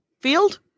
field